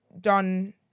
done